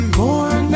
more